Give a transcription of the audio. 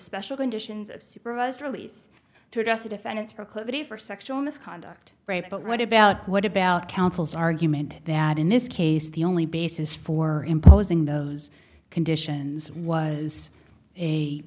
special conditions of supervised release to address a defendant's proclivity for sexual misconduct but what about what about counsel's argument that in this case the only basis for imposing those conditions was a